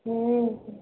हूँ